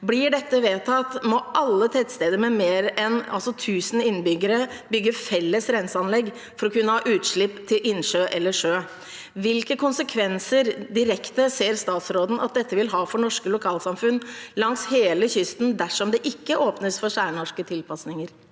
Blir dette vedtatt, må alle tettsteder med mer enn 1 000 innbyggere bygge felles renseanlegg for å kunne ha utslipp til innsjø eller sjø. Hvilke direkte konsekvenser ser statsråden at dette vil ha for norske lokalsamfunn langs hele kysten dersom det ikke åpnes for særnorske tilpasninger?